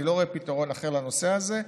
אני לא רואה פתרון אחר לנושא הזה.